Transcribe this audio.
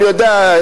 אני יודע,